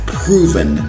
proven